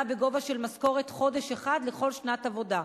בגובה של משכורת חודש אחד לכל שנת עבודה.